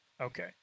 Okay